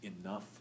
enough